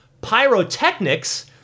pyrotechnics